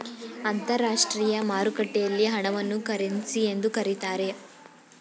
ಅಂತರಾಷ್ಟ್ರೀಯ ಮಾರುಕಟ್ಟೆಯಲ್ಲಿ ಹಣವನ್ನು ಕರೆನ್ಸಿ ಎಂದು ಕರೀತಾರೆ